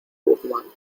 guzmán